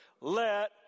let